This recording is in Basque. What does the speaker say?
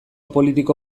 politiko